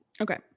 Okay